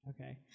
Okay